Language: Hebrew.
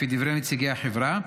לפי דברי נציגי החברה,